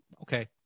okay